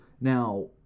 Now